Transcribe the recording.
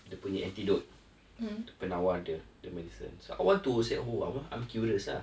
dia punya antidote penawar dia the medicines I want to say who ah I I'm curious ah